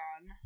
on